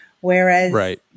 whereas